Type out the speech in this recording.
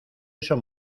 eso